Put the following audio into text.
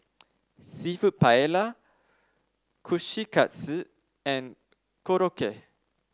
seafood Paella Kushikatsu and Korokke